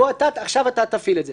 בוא עכשיו אתה תפעיל את זה.